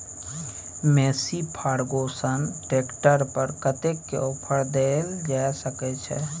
Massey Ferguson tractor पर कतेक के ऑफर देल जा सकै छै?